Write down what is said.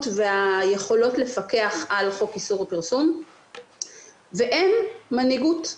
והיכולות לפקח על חוק איסור ופרסום ואין מנהיגות.